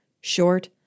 short